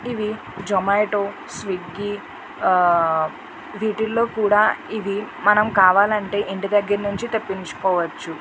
ఇవి జొమాటో స్విగ్గీ వీటిలో కూడా ఇవి కావాలంటే మనం ఇంటి దగ్గర నుంచి తెప్పించుకోవచ్చు